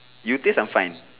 you taste I'm fine